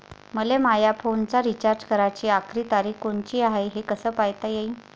मले माया फोनचा रिचार्ज कराची आखरी तारीख कोनची हाय, हे कस पायता येईन?